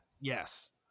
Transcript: yes